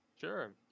Sure